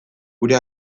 gure